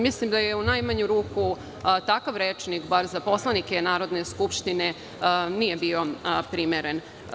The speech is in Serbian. Mislim da u najmanju ruku takav rečnik, bar za poslanike Narodne skupštine, nije bio primeren.